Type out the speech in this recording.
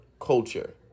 culture